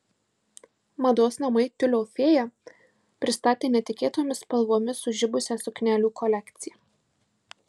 mados namai tiulio fėja pristatė netikėtomis spalvomis sužibusią suknelių kolekciją